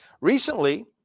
recently